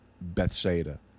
Bethsaida